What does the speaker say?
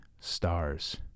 stars